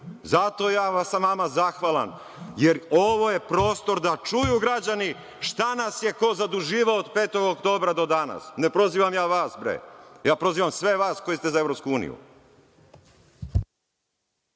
Zato sam ja vama zahvalan, jer ovo je prostor da čuju građani šta nas je ko zaduživao od 5. oktobra do danas. Ne prozivam ja vas, bre. Ja prozivam sve vas koji ste za EU.